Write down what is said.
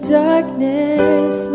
darkness